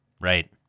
Right